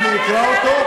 אתה רוצה